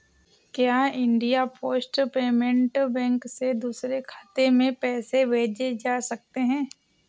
क्या India post payment bank से दूसरे खाते में पैसे भेजे जा सकते हैं?